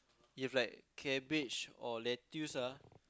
if like cabbage or lettuce ah